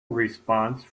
response